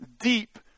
deep